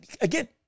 again